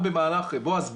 בועז,